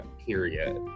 period